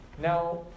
Now